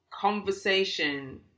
conversation